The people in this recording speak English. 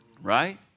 right